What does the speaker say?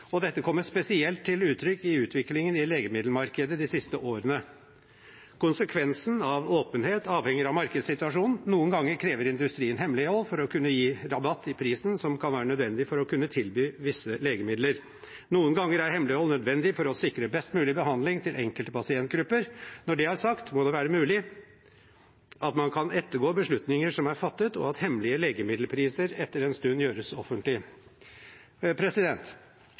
og dette kommer spesielt til uttrykk i utviklingen i legemiddelmarkedet de siste årene. Konsekvensen av åpenhet avhenger av markedssituasjonen. Noen ganger krever industrien hemmelighold for å kunne gi rabatt i prisen, som kan være nødvendig for å kunne tilby visse legemidler. Noen ganger er hemmelighold nødvendig for å sikre best mulig behandling til enkelte pasientgrupper. Når det er sagt, må det være mulig at man kan ettergå beslutninger som er fattet, og at hemmelige legemiddelpriser etter en stund gjøres